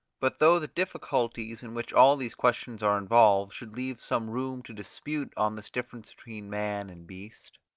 but though the difficulties, in which all these questions are involved, should leave some room to dispute on this difference between man and beast,